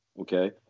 okay